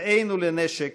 רעינו לנשק